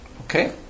Okay